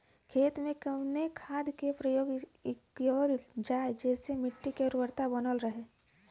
खेत में कवने खाद्य के प्रयोग कइल जाव जेसे मिट्टी के उर्वरता बनल रहे?